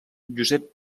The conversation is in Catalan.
josep